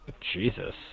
Jesus